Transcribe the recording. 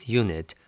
unit